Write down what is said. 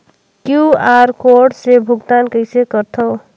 QR code से भुगतान कइसे करथव?